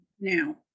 now